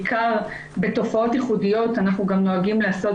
בתופעות ייחודיות אנחנו נוהגים לעשות